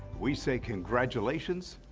we say congratulations.